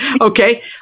Okay